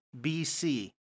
BC